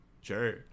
sure